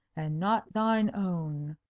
and not thine own.